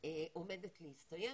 עומדת להסתיים.